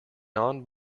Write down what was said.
non